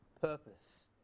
purpose